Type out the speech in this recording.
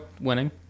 winning